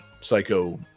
Psycho